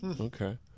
Okay